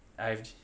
I_F_G